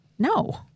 No